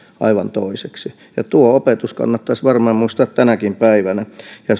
aivan toiseksi tuo opetus kannattaisi varmaan muistaa tänäkin päivänä